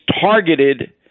targeted